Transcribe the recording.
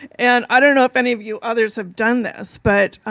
and i don't know if any of you others have done this, but